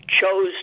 chose